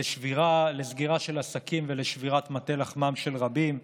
לסגירה של עסקים ולשבירת מטה לחמם של רבים,